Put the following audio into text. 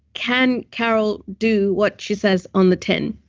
can car o l do what she says on the ten?